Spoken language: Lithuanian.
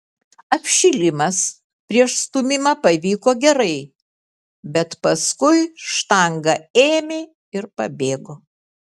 apšilimas prieš stūmimą pavyko gerai bet paskui štanga ėmė ir pabėgo